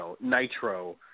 Nitro